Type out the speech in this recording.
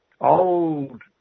old